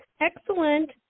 Excellent